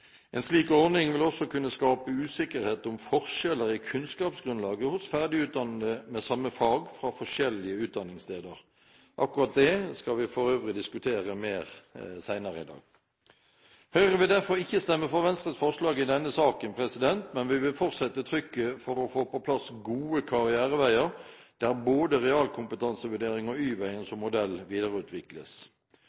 En slik ordning vil også kunne skape usikkerhet om forskjeller i kunnskapsgrunnlaget hos ferdigutdannede med samme fag fra forskjellige utdanningssteder. Akkurat det skal vi for øvrig diskutere mer senere i dag. Høyre vil derfor ikke stemme for Venstres forslag i saken, men vi vil fortsette trykket for å få på plass gode karriereveier der både realkompetansevurdering og